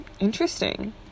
interesting